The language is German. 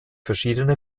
verschiedene